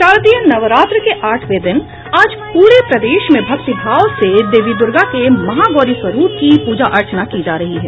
शारदीय नवरात्र के आठवें दिन आज पूरे प्रदेश में भक्तिभाव से देवी दुर्गा के महागौरी स्वरूप की पूजा अर्चना की जा रही है